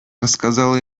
рассказала